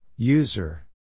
User